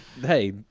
hey